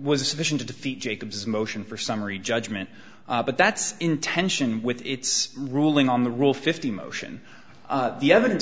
was sufficient to defeat jacob's motion for summary judgment but that's in tension with its ruling on the rule fifty motion the evidence